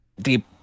deep